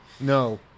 No